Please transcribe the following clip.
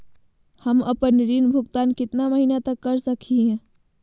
हम आपन ऋण भुगतान कितना महीना तक कर सक ही?